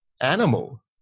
animal